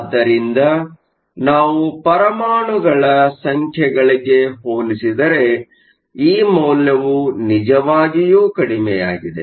ಆದ್ದರಿಂದ ನಾವು ಪರಮಾಣುಗಳ ಸಂಖ್ಯೆಗಳಿಗೆ ಹೋಲಿಸಿದರೆ ಈ ಮೌಲ್ಯವು ನಿಜವಾಗಿಯೂ ಕಡಿಮೆಯಾಗಿದೆ